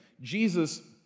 Jesus